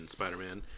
Spider-Man